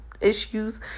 issues